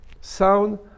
sound